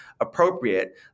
appropriate